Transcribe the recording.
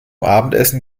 abendessen